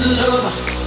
love